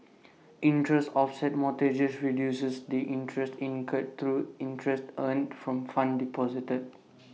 interest offset mortgages reduces the interest incurred through interest earned from funds deposited